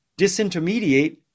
disintermediate